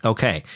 Okay